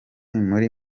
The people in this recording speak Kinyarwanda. muri